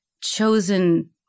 chosen